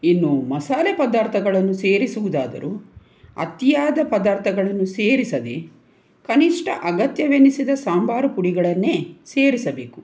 ಇನ್ನು ಮಸಾಲೆ ಪದಾರ್ಥಗಳನ್ನು ಸೇರಿಸುವುದಾದರೂ ಅತಿಯಾದ ಪದಾರ್ಥಗಳನ್ನು ಸೇರಿಸದೆ ಕನಿಷ್ಠ ಅಗತ್ಯವೆನಿಸಿದ ಸಾಂಬಾರು ಪುಡಿಗಳನ್ನೇ ಸೇರಿಸಬೇಕು